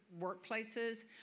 workplaces